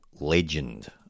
legend